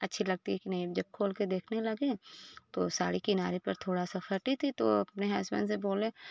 अच्छी लगती है कि नहीं जब खोलकर देखने लगे तो साड़ी किनारे पर थोड़ा सा फटी थी तो अपने हस्बैंड से बोले